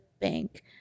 bank